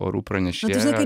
orų pranešėjo